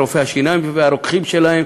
רופאי השיניים והרוקחים שבהם,